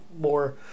more